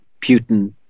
Putin